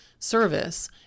service